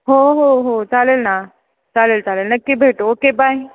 हो हो हो चालेल ना चालेल चालेल नक्की भेटू ओके बाय